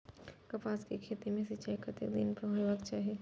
कपास के खेती में सिंचाई कतेक दिन पर हेबाक चाही?